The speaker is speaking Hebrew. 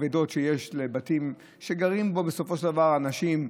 הכבדות שיש לבתים שגרים בהם בסופו של דבר אנשים,